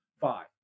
Five